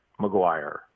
McGuire